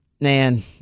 man